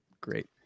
great